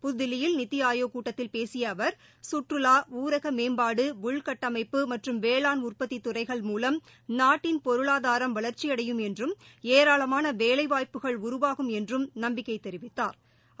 புதுதில்லியில் நித்தி ஆயோக் கூட்டத்தில் பேசிய அவர் கற்றுலா ஊரக மேம்பாடு உள்கட்டமைப்பு மற்றும் வேளாண் உற்பத்தி துறைகள் மூலம் நாட்டின் பொருளாதாரம் வளர்ச்சியடையும் என்றும் ஏராளமான வேலைவாய்ப்புகள் உருவாகும் என்றும் நம்பிக்கை தெரிவித்தாா்